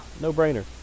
no-brainer